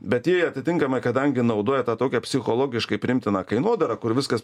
bet jie atitinkamai kadangi naudoja tą tokią psichologiškai priimtiną kainodarą kur viskas